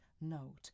note